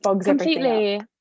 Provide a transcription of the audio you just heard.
completely